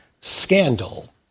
scandal